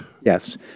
Yes